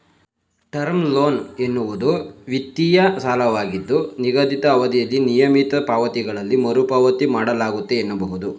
term loan ಎನ್ನುವುದು ವಿತ್ತೀಯ ಸಾಲವಾಗಿದ್ದು ನಿಗದಿತ ಅವಧಿಯಲ್ಲಿ ನಿಯಮಿತ ಪಾವತಿಗಳಲ್ಲಿ ಮರುಪಾವತಿ ಮಾಡಲಾಗುತ್ತೆ ಎನ್ನಬಹುದು